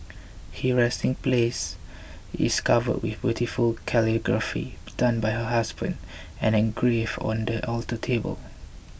her resting place is covered with beautiful calligraphy done by her husband and engraved on the alter table